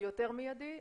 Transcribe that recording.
יותר מיידי.